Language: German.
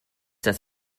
das